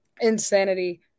insanity